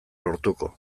lortuko